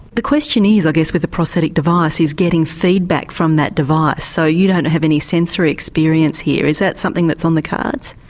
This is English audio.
the question is i guess with a prosthetic device is getting feedback from that device, so you don't have any sensory experience here is that something that's on the cards?